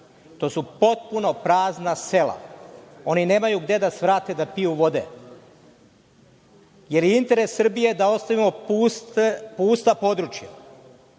To su potpuno prazna sela. Oni nemaju gde da svrate da piju vode. Da li je interes Srbije da ostavimo pusta područja,